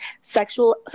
sexual